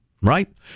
right